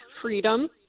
freedom